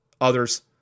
others